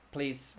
Please